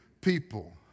people